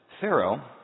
Pharaoh